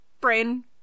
brain